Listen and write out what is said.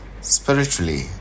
spiritually